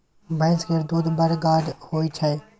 भैंस केर दूध बड़ गाढ़ होइ छै